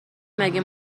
مگه